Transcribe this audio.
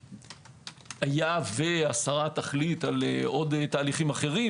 היה והשרה תחליט על עוד תהליכים אחרים,